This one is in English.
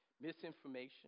misinformation